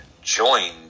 joined